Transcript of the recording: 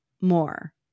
more